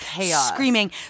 screaming